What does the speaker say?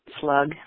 slug